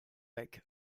weg